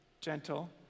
gentle